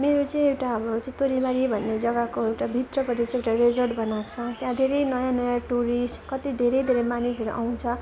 मेरो चाहिँ एउटा हाम्रो चाहिँ तोरीबारी भन्ने जग्गाको एउटा भित्रपट्टि चाहिँ एउटा रेजोर्ट बनाएको छ त्यहाँ धेरै नयाँ नयाँ टुरिस्ट कति धेरै धेरै मानिसहरू आउँछ